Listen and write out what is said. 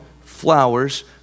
flowers